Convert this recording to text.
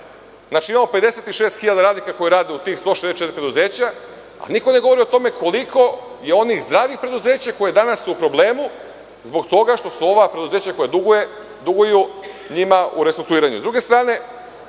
Imamo 56.000 radnika koji rade u tih 164 preduzeća, a niko ne govori o tome koliko je onih zdravih preduzeća koja su danas u problemu zbog toga što su ova preduzeća koja duguju njima u restrukturiranju. Sa